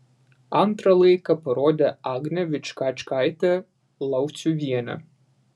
antrą laiką parodė agnė vičkačkaitė lauciuvienė